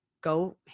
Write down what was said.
go